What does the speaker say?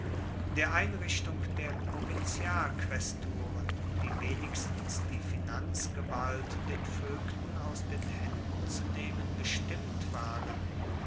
der einrichtung der provinzialquaesturen die wenigstens die finanzgewalt den voegten aus den haenden zu nehmen bestimmt waren